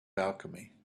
alchemy